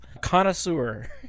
connoisseur